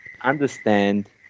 understand